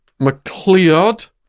McLeod